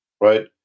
right